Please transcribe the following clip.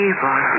Evil